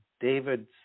David